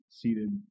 seated